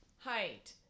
height